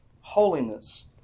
holiness